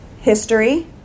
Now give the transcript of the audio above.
History